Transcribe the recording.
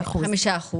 5%,